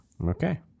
Okay